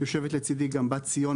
יושבת לצידי גם בת ציון,